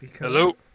Hello